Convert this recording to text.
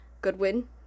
Goodwin